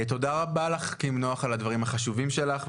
תודה רבה לך, קים נח, על הדברים החשובים שלך.